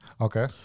Okay